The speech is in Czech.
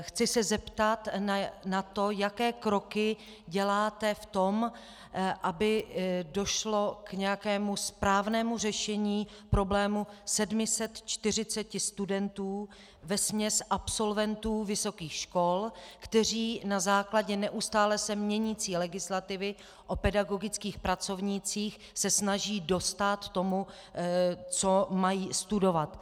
Chci se zeptat na to, jaké kroky děláte v tom, aby došlo k nějakému správnému řešení problému 740 studentů, vesměs absolventů vysokých škol, kteří na základě neustále se měnící legislativy o pedagogických pracovnících se snaží dostát tomu, co mají studovat.